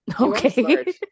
Okay